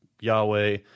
Yahweh